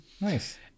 Nice